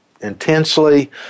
intensely